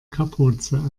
kapuze